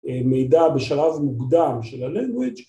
‫מידע בשלב מוקדם של ה-language.